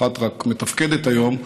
רק אחת מתפקדת היום,